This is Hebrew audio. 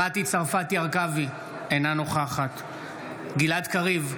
אינה נוכחת גלעד קריב,